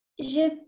Je